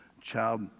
child